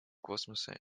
космоса